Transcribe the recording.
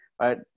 right